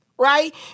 right